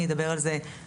אני אדבר על זה בקצרה,